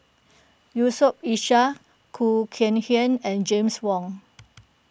Yusof Ishak Khoo Kay Hian and James Wong